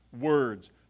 words